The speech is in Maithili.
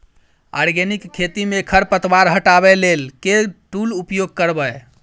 आर्गेनिक खेती मे खरपतवार हटाबै लेल केँ टूल उपयोग करबै?